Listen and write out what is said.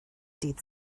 dydd